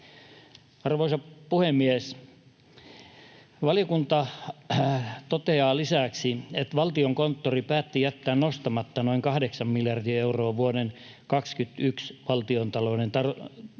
Arvoisa puhemies! Valiokunta toteaa lisäksi, että Valtiokonttori päätti jättää nostamatta noin 8 miljardia euroa vuoden 21 valtion talousarvioesitykseen